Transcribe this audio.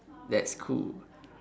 that's cool